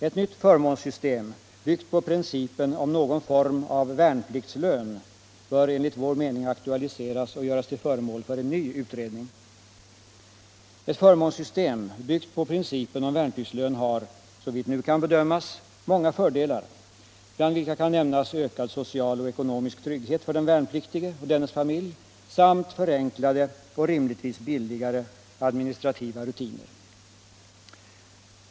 Ett nytt förmånssystem, byggt på principen om någon form av värnpliktslön. bör enligt vår mening aktualiseras och göras till föremål för en ny utredning. Ett förmånssystem, byggt på principen om värnpliktslön, har — såvitt nu kan bedömas —- många fördelar, bland vilka kan nämnas ökad social och ekonomisk trygghet för den värnpliktige och dennes familj samt förenklade och rimligtvis billigare administrativa rutiner.